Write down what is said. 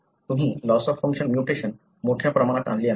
तुम्ही loss of function mutation मोठ्या प्रमाणात आणले आहे